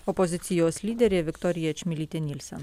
opozicijos lyderė viktorija čmilytė nielsen